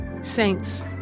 Saints